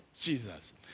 Jesus